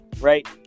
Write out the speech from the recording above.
right